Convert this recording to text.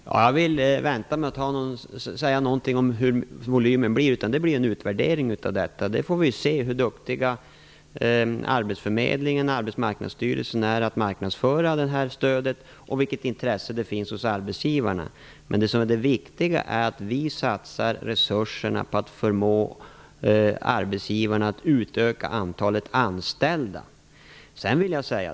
Fru talman! Jag vill vänta med att säga någonting om hur volymen blir. Det kommer att ske en utvärdering av detta. Vi får se hur duktiga arbetsförmedlingen och Arbetsmarknadsstyrelsen är att marknadsföra stödet och vilket intresse det finns hos arbetsgivarna. Det viktiga är att vi satsar resurserna på att förmå arbetsgivarna att utöka antalet anställda.